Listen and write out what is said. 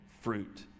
fruit